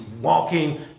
walking